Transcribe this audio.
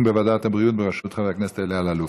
בוועדת הבריאות בראשות חבר הכנסת אלי אלאלוף.